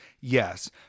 Yes